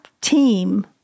team